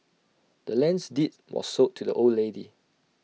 the land's deeds was sold to the old lady